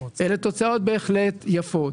אלה תוצאות בהחלט יפות.